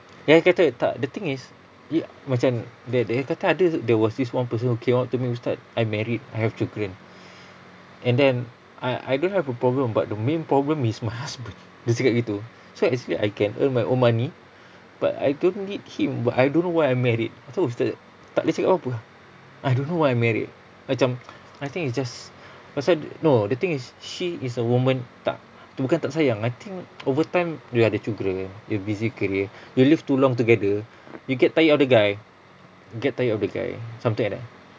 dia kata tak the thing is y~ macam dia dia kata ada there was this one person who came up to me ustaz I'm married I have children and then I I don't have a problem but the main problem is my husband dia cakap gitu so actually I can earn my own money but I don't need him but I don't know why I'm married lepas tu ustaz tak boleh cakap apa-apa I don't know why I'm married macam I think it's just pasal no the thing is she is a woman tak bukan tak sayang I think over time dia ada children dia busy kerja they live too long together you get tired of the guy get tired of the guy something like that